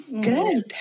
Good